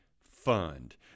fund